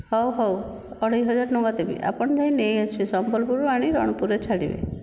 ହେଉ ହେଉ ଅଢ଼େଇ ହଜାର ଟଙ୍କା ଦେବି ଆପଣ ଯାଇ ନେଇଆସିବେ ସମ୍ବଲପୁରରୁ ଆଣି ରଣପୁରରେ ଛାଡ଼ିବେ